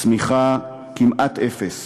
צמיחה כמעט אפס.